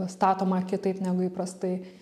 statoma kitaip negu įprastai